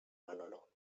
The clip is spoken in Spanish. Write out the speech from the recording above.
manolo